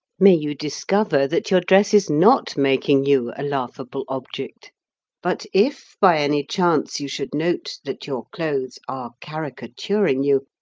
may you discover that your dress is not making you a laughable object but if, by any chance, you should note that your clothes are caricaturing you,